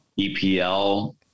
EPL